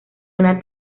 una